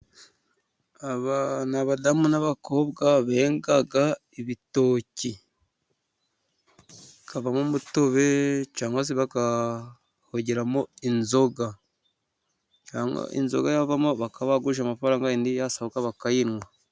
Aba ni abadamu n'abakobwa benga ibitoki hakavamo umutobe, cyangwa se bakawugiramo inzoga ,cyangwa inzoga yavamo bakaba bagurisha amafaranga, ya yindi yasaguka bakayinywa.